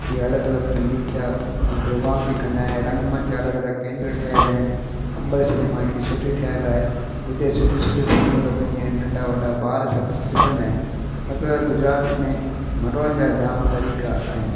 ईअं अलॻि अलॻि संगीत जा ऐं प्रोग्राम बि कंदा ऐं रंगमंच अलॻि अलॻि केंद्र ठहियलु आहिनि अंबर सिनेमा हिकु सुठी ठहियलु आहे जिते सुठियूं सुठियूं फिल्म लॻंदियूं आहिनि नंढा वॾा ॿार सभु ॾिसंदा आहिनि मतिलबु गुजरात में मनोरंजन जामु तरीक़ा आहिनि